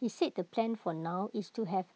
he said the plan for now is to have